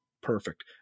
Perfect